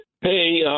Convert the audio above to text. Hey